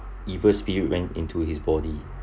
evil spirit went into his body